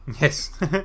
Yes